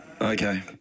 Okay